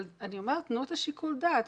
אבל תנו את שיקול הדעת.